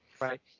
Right